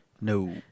No